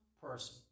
person